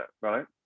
right